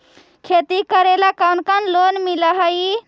खेती करेला कौन कौन लोन मिल हइ?